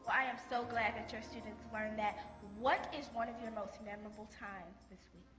i am so glad that your students learn that what is one of your most memorable times this week?